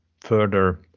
further